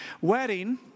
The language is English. wedding